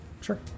sure